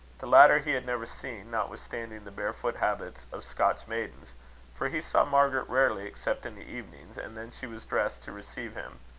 the latter he had never seen, notwithstanding the bare-foot habits of scotch maidens for he saw margaret rarely except in the evenings, and then she was dressed to receive him.